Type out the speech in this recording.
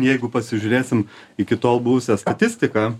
jeigu pasižiūrėsim iki tol buvusią statistiką